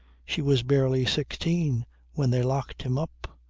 she was barely sixteen when they locked him up.